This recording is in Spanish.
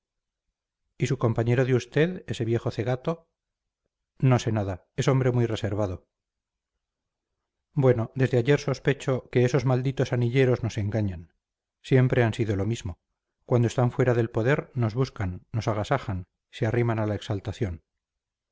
y su compañero de usted ese viejo cegato no sé nada es hombre muy reservado bueno desde ayer sospecho que esos malditos anilleros nos engañan siempre han sido lo mismo cuando están fuera del poder nos buscan nos agasajan se arriman a la exaltación